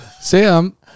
Sam